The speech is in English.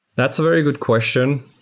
that's a very good question.